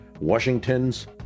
Washington's